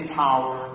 power